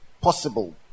possible